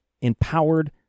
empowered